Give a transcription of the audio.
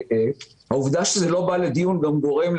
העובדה שזה לא בא לדיון גורם,